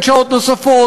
אין שעות נוספות,